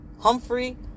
Humphrey